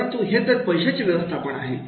परंतु हे तर पैशाचे व्यवस्थापन आहे